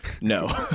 No